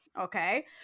Okay